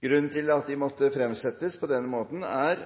Grunnen til at de måtte fremsettes på denne måten, er